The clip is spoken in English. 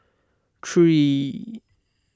three